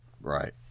Right